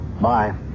Bye